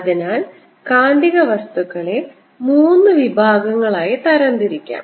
അതിനാൽ കാന്തിക വസ്തുക്കളെ മൂന്ന് വിഭാഗങ്ങളായി തരo തിരിക്കാം